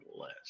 less